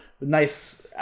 Nice